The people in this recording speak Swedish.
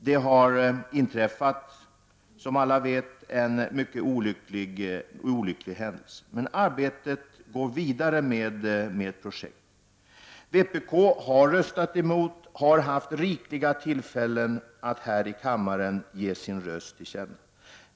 Det har, som alla vet, inträffat en mycket olycklig händelse. Men arbetet med projektet går alltså vidare. Vpk har röstat emot och har haft rikliga tillfällen att här i kammaren ge sin mening till känna.